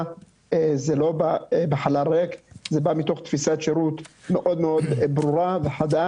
זה לא בחלל ריק אלא בא מתוך תפיסת שירות מאוד מאוד ברורה וחדה